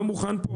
אני לא מוכן פה,